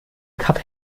kap